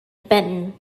benton